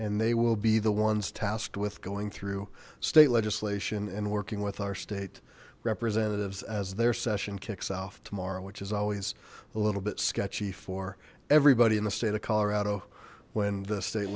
and they will be the ones tasked with going through state legislation and working with our state representatives as their session kicks off tomorrow which is always a little bit sketchy for everybody in the state of colorado when the state